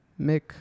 Mick